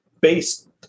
based